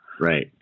right